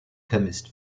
chemist